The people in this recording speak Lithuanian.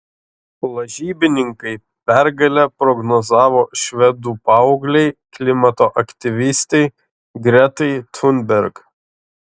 lažybininkai pergalę prognozavo švedų paauglei klimato aktyvistei gretai thunberg